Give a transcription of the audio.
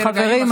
חברים,